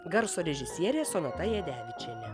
garso režisierė sonata jadevičienė